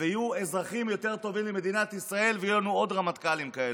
ויהיו אזרחים יותר טובים למדינת ישראל ויהיו לנו עוד רמטכ"לים כאלה.